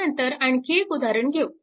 त्यानंतर आणखी एक उदाहरण घेऊ